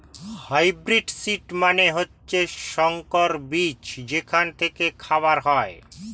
hybrid seed মানে হচ্ছে সংকর বীজ যেখান থেকে খাবার হয়